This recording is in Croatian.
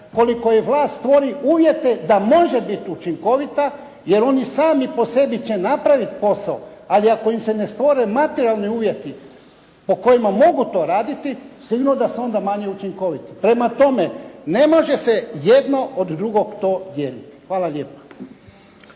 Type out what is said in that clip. koliko joj vlast stvori uvjete da može biti učinkovita, jer oni sami po sebi će napraviti posao, ali ako im se ne stvore materijalni uvjeti po kojima mogu to raditi, sigurno da su onda manje učinkoviti. Prema tome ne može se jedno od drugog to dijeliti. Hvala lijepa.